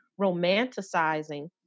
romanticizing